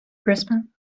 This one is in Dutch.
brisbane